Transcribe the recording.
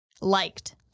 liked